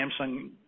Samsung